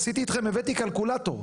עשיתי אתכם, הבאתי קלקולטור.